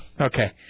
Okay